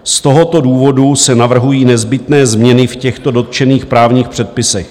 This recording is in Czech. Z tohoto důvodu se navrhují nezbytné změny v těchto dotčených právních předpisech.